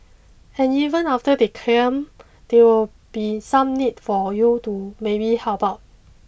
and even after they come there will be some need for you to maybe help out